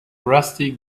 rusty